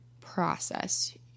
process